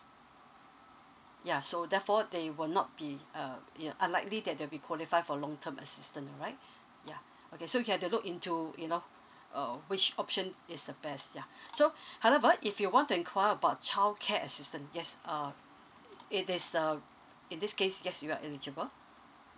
ya so therefore they will not be uh ya unlikely that they'll be qualify for long term assistance alright ya okay so you have to look into you know uh which option is the best ya so however if you want to inquire about childcare assistance yes uh it is uh in this case yes you are eligible